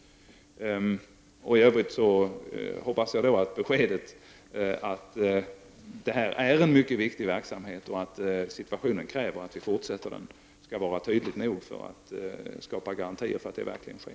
I övrigt hoppas jag att beskedet att detta är en mycket viktig verksamhet och att situationen kräver att vi fortsätter att bedriva den skall vara tydligt nog för att skapa garantier för att så verkligen sker.